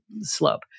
slope